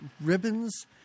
ribbons